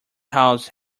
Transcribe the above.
house